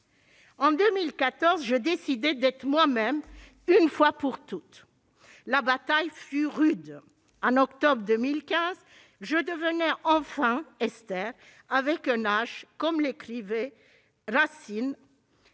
En 2014, je décidai d'être moi-même une fois pour toutes. La bataille fut rude. En octobre 2015, je devenais enfin Esther avec un « h », comme l'héroïne